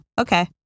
okay